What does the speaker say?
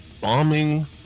bombing